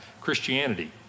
Christianity